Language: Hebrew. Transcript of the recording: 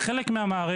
זה חלק מהמערכת,